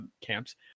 camps